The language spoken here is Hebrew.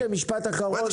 משה, משפט אחרון.